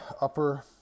upper